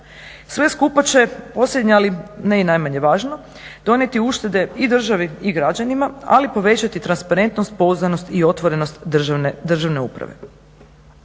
Sve skupa će posljednje, ali ne i najmanje važno donijeti uštede i državi i građanima, ali i povećati transparentnost, pouzdanost i otvorenost državne uprave.